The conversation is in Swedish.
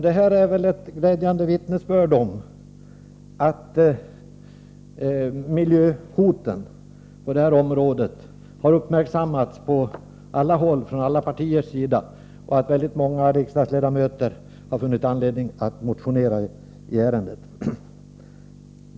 Detta är väl ett glädjande vittnesbörd om att miljöhoten på detta område har uppmärksammats från alla partier och att många riksdagsledamöter har funnit anledning att motionera i ärendet.